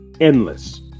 endless